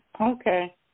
Okay